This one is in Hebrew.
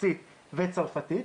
רוסית וצרפתית,